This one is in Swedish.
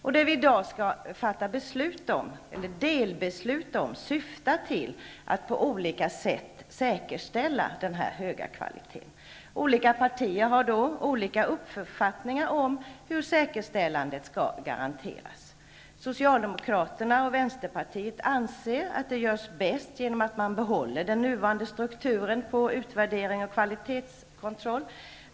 Det som vi i dag skall fatta delbeslut om syftar till att på olika sätt säkerställa den höga kvaliteten. Olika partier har olika uppfattningar om hur säkerställandet skall garanteras. Socialdemokraterna och vänsterpartiet anser att det görs bäst genom att man behåller den nuvarande strukturen på utvärdering och kvalitetskontroll.